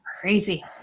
Crazy